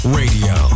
radio